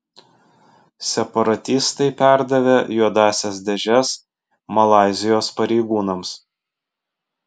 separatistai perdavė juodąsias dėžes malaizijos pareigūnams